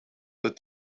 but